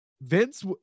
Vince